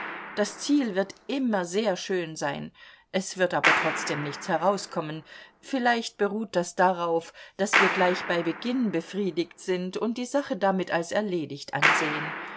das ziel wird immer sehr schön sein es wird aber trotzdem nichts herauskommen vielleicht beruht das darauf daß wir gleich bei beginn befriedigt sind und die sache damit als erledigt ansehen